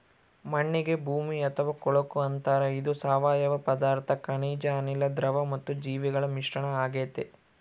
ಮಣ್ಣಿಗೆ ಭೂಮಿ ಅಥವಾ ಕೊಳಕು ಅಂತಾರೆ ಇದು ಸಾವಯವ ಪದಾರ್ಥ ಖನಿಜ ಅನಿಲ, ದ್ರವ ಮತ್ತು ಜೀವಿಗಳ ಮಿಶ್ರಣ ಆಗೆತೆ